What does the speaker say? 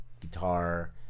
guitar